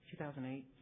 2008